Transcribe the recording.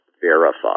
verify